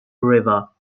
river